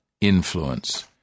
influence